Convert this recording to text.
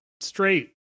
straight